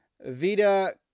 Vita